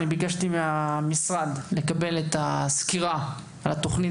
ביקשתי לקבל מהמשרד סקירה על התוכנית